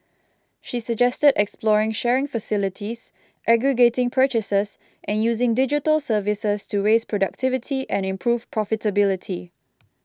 she suggested exploring sharing facilities aggregating purchases and using digital services to raise productivity and improve profitability